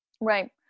Right